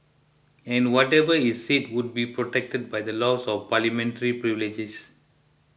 and whatever is said would be protected by the laws of parliamentary privileges